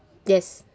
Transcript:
yes